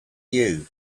you